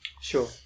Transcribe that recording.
Sure